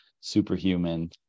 superhuman